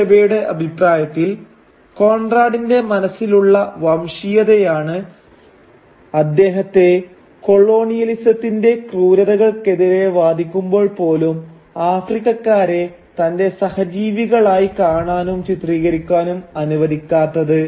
അച്ഛബേയുടെ അഭിപ്രായത്തിൽ കോൺറാടിന്റെ മനസ്സിലുള്ള വംശീയതയാണ് അദ്ദേഹത്തെ കൊളോണിയലിസത്തിന്റെ ക്രൂരതകൾക്കെതിരെ വാദിക്കുമ്പോൾ പോലും ആഫ്രിക്കക്കാരെ തന്റെ സഹജീവികൾ ആയി കാണാനും ചിത്രീകരിക്കാനും അനുവദിക്കാത്തത്